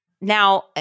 Now